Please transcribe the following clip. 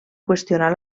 qüestionar